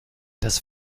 das